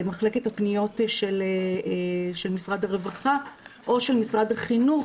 למחלקת הפניות של משרד הרווחה או של משרד החינוך,